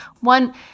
One